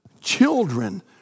children